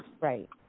Right